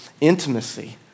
intimacy